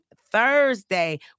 Thursday